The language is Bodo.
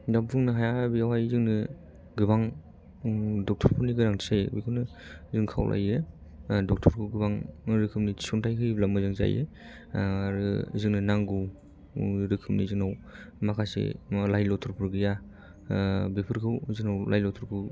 नों बुंनो हायाना बेयावहाय जोङो गोबां डक्टर फोरनि गोनांथि जायो बेखौनो जों खावलायो डक्टर खौबो आं रोखोमनि थिसनथाय होयोब्ला मोजां जायो आरो जोंनो नांगौ रोखोमनि जोंनाव माखासे लाय लथरफोर गैया बेफोरखौ जोंनाव लाय लथरखौ